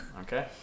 Okay